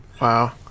Wow